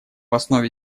основе